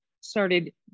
started